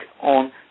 on